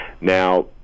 Now